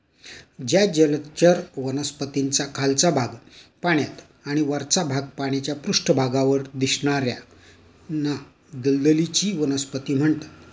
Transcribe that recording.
ज्या जलचर वनस्पतींचा खालचा भाग पाण्यात आणि वरचा भाग पाण्याच्या पृष्ठभागावर दिसणार्याना दलदलीची वनस्पती म्हणतात